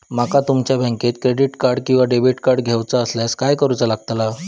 माका तुमच्या बँकेचा क्रेडिट कार्ड किंवा डेबिट कार्ड घेऊचा असल्यास काय करूचा लागताला?